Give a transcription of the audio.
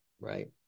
right